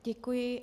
Děkuji.